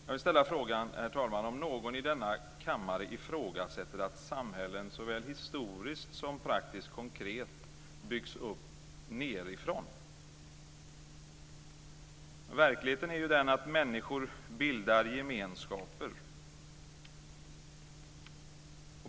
Jag vill ställa frågan, herr talman, om någon i denna kammare ifrågasätter att samhällen såväl historiskt som praktiskt konkret byggs upp nedifrån. Verkligheten är den att människor bildar gemenskaper.